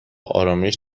آرامش